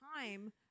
time